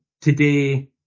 today